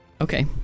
Okay